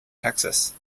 texas